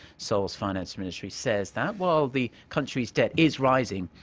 seoul's finance ministry says that. while the country's debt is rising.